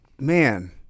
man